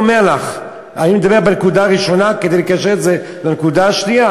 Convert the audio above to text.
אני מדבר בנקודה הראשונה כדי לקשר את זה לנקודה השנייה,